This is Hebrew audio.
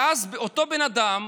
ואז אותו בן אדם,